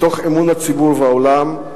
מתוך אמון הציבור והעולם,